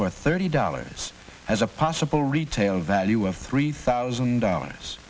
for thirty dollars as a possible retail value of three thousand dollars